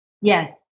Yes